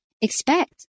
expect